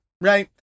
right